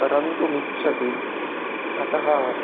रन्तुमिच्छति अतः